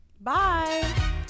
Bye